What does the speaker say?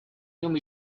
нем